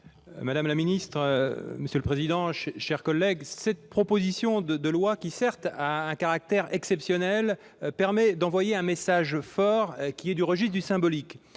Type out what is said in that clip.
madame la secrétaire d'État, mes chers collègues, cette proposition de loi, qui certes a un caractère exceptionnel, permet d'envoyer un message fort sur le registre du symbolique.